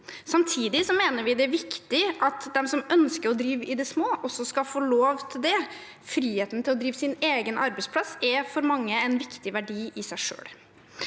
Samtidig mener vi det er viktig at de som ønsker å drive i det små, også skal få lov til det. Friheten til å drive sin egen arbeidsplass er for mange en viktig verdi i seg selv.